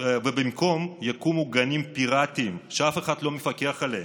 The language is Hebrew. ובמקום זה יקומו גנים פיראטיים שאף אחד לא מפקח עליהם.